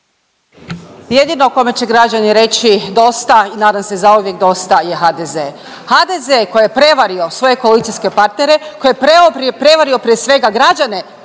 Jedino kome će građani reći dosta i nadam se zauvijek dosta je HDZ. HDZ koji je prevario svoje koalicijske partnere, koji je prevario prije svega građane